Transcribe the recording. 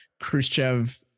Khrushchev